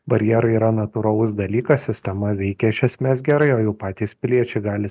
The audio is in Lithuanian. barjerai yra natūralus dalykas sistema veikia iš esmės gerai o jau patys piliečiai gali